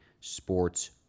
sports